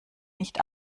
nicht